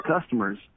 customers